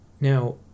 Now